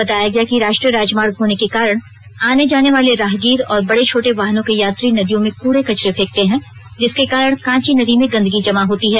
बताया गया कि राष्ट्रीय राजमार्ग होने के कारण आने जाने वाले राहगीर और बड़े छोटे वाहनों के यात्री नदियों में कूड़े कचरे फेंकते हैं जिसके कारण कांची नदी में गंदगी जमा होता है